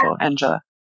Angela